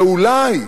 אולי,